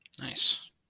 Nice